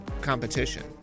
competition